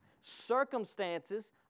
circumstances